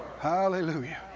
Hallelujah